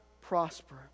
prosper